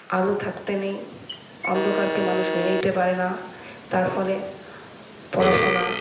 আলো থাকতে নেই অন্ধকারকে মানুষ মেনে নিতে পারেনা তার ফলে পড়াশোনা